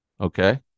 Okay